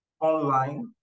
online